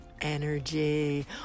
energy